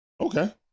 Okay